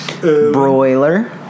Broiler